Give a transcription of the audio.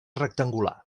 rectangular